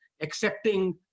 accepting